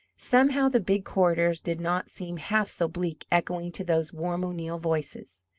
somehow the big corridors did not seem half so bleak echoing to those warm o'neill voices.